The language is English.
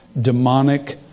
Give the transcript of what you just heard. Demonic